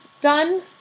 done